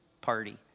party